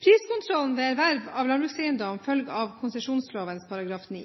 Priskontrollen ved erverv av landbrukseiendom følger av konsesjonsloven § 9.